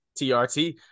TRT